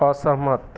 असहमत